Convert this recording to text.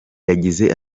yagize